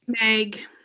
Meg